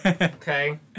Okay